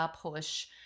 push